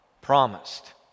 promised